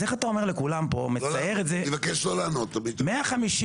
אז איך אתה אומר לכולם פה, מצייר את זה, 150 יום.